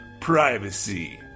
privacy